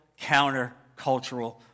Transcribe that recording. countercultural